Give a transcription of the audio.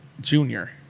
Junior